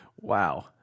Wow